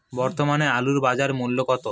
বর্তমানে আলুর বাজার মূল্য কত?